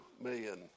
million